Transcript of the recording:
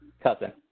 Cousin